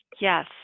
Yes